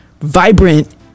vibrant